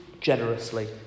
generously